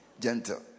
gentle